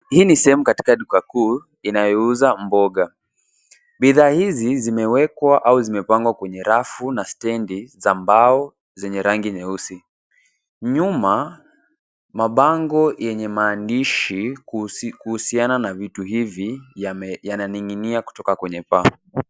Hii ni sehemu katika duka kuu inayouza mboga. Bidhaa hizi zimewekwa au zimepangwa kwenye rafu na stendi za mbao zenye rangi nyeusi. Nyuma, mabango yenye maandishi kuhusiana na vitu hivi yananing'inia kutoka kwenye paa.